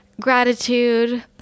gratitude